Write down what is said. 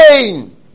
pain